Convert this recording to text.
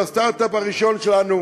על הסטרט-אפ הראשון שלנו,